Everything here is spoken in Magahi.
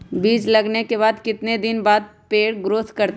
बीज लगाने के बाद कितने दिन बाद पर पेड़ ग्रोथ करते हैं?